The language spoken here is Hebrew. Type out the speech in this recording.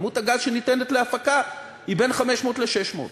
אבל כמות הגז שניתנת להפקה היא בין 500 ל-600.